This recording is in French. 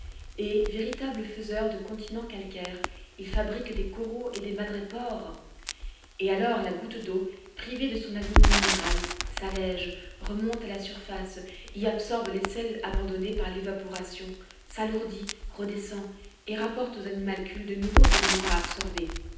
et véritables faiseurs de continents calcaires ils fabriquent des coraux et des madrépores et alors la goutte d'eau privée de son aliment minéral s'allège remonte à la surface y absorbe les sels abandonnés par l'évaporation s'alourdit redescend et rapporte aux animalcules de nouveaux éléments à absorber